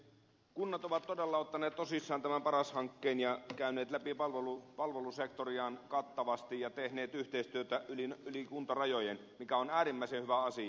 kunnat ovat todella ottaneet tosissaan tämän paras hankkeen ja käyneet läpi palvelusektoriaan kattavasti ja tehneet yhteistyötä yli kuntarajojen mikä on äärimmäisen hyvä asia